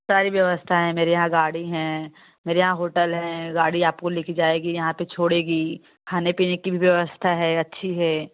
सारी व्यवस्था है मेरे यहाँ गाड़ी है मेरे यहाँ होटल है गाड़ी आपको ले कर जाएगी यहाँ पर छोड़ेगी खाने पीने की भी व्यवस्था है अच्छी है